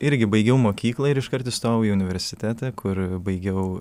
irgi baigiau mokyklą ir iškart įstojau į universitetą kur baigiau